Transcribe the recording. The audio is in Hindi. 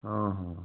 हाँ हाँ